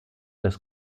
das